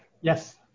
Yes